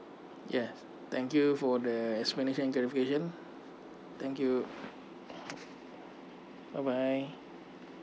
yes thank you for the explanation and clarification thank you bye bye